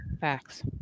Facts